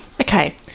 Okay